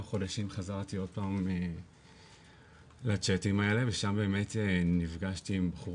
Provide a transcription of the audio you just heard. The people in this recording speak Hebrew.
חודשים חזרתי עוד הפעם לצ'אטים האלה ושם באמת נפגשתי עם בחור